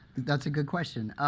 that's a good question.